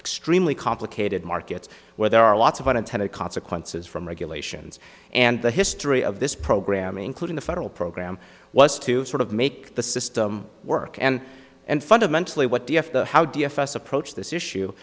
extremely complicated markets where there are lots of unintended consequences from regulations and the history of this program including the federal program was to sort of make the system work and and fundamentally what d f the how d f s approach this issue